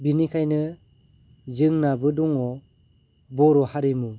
बिनिखायनो जोंनाबो दङ बर' हारिमु